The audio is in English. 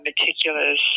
meticulous